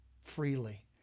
freely